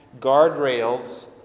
guardrails